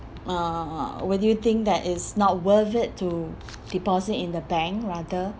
uh would you think that it's not worth it to deposit in the bank rather